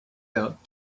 out